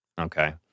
okay